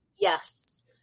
yes